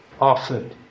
offered